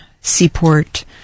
seaport